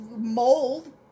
Mold